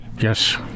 Yes